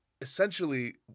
essentially